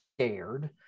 scared